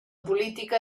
política